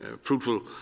fruitful